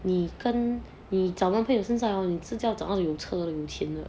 你跟你找男朋友现在要找那些有车有钱的